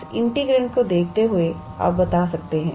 इस इंटीग्रैंड को देखते हुए आप बता सकते हैं